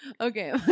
Okay